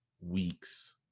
weeks